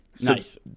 nice